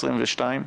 2022?